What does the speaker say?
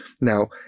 Now